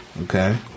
Okay